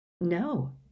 No